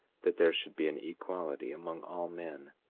that there should be an equality among all men